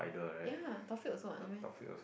ya Taufik also what no meh